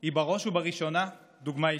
היא בראש ובראשונה דוגמה אישית.